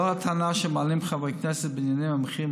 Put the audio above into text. לנוכח הטענה שמעלים חברי כנסת בעניין המחירים